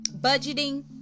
budgeting